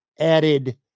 Added